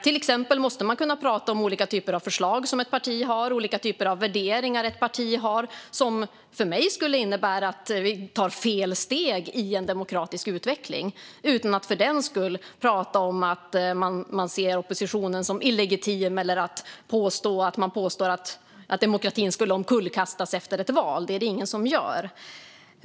Till exempel måste man kunna prata om olika typer av förslag och värderingar som ett parti har, som för mig skulle innebära att vi tar fel steg i en demokratisk utveckling, utan att för den skull prata om att man ser oppositionen som illegitim eller påstå att man säger att demokratin skulle omkullkastas efter ett val. Det är det ingen som gör.